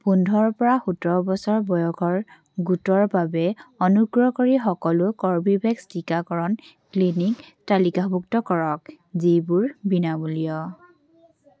পোন্ধৰৰ পৰা সোতৰ বছৰ বয়সৰ গোটৰ বাবে অনুগ্ৰহ কৰি সকলো কৰ্বীভেক্স টীকাকৰণ ক্লিনিক তালিকাভুক্ত কৰক যিবোৰ বিনামূলীয়